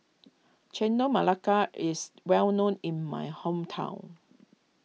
Chendol Melaka is well known in my hometown